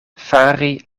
fari